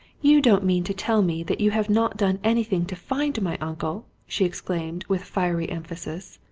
you don't mean to tell me that you have not done anything to find my uncle? she exclaimed with fiery emphasis.